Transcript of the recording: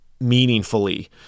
meaningfully